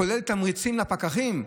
כולל תמריצים לפקחים,